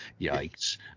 Yikes